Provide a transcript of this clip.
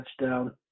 touchdown